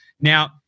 Now